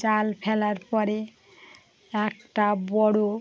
জাল ফেলার পরে একটা বড়ো